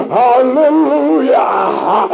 hallelujah